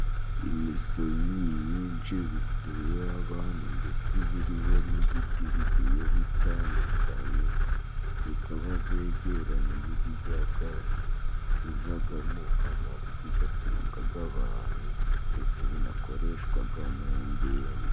Imisozi myinshi zituyeho abantu ndetse ziriho n'ibiti bigiye bitandukanye ,zikaba zegeranye n'ibiyaga bivagamo amafi gatungaga abantu ndetse binakoreshwaga mu ngendo.